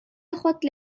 خود